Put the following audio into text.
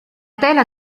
tela